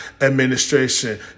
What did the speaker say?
administration